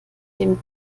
dem